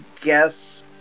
guess